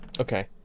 Okay